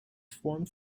formed